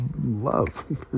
love